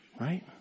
Right